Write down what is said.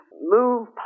move